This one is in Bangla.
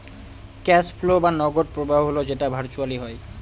ক্যাস ফ্লো বা নগদ প্রবাহ হল যেটা ভার্চুয়ালি হয়